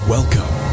Welcome